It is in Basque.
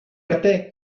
arte